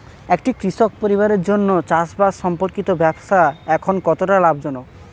একটি কৃষক পরিবারের জন্য চাষবাষ সম্পর্কিত ব্যবসা এখন কতটা লাভজনক?